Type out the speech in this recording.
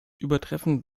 übertreffen